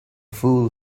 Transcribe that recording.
fool